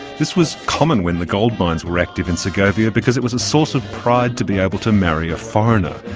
this was common when the gold mines were active in segovia because it was a source of pride to be able to marry a foreigner.